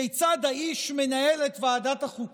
אבל כל מי שעוקב בשבועות האחרונים כיצד האיש מנהל את ועדת החוקה,